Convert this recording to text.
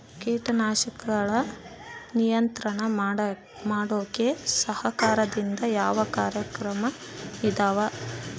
ಕೇಟನಾಶಕಗಳ ನಿಯಂತ್ರಣ ಮಾಡೋಕೆ ಸರಕಾರದಿಂದ ಯಾವ ಕಾರ್ಯಕ್ರಮ ಇದಾವ?